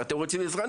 אתם רוצים עזרה?